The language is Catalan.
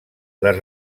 les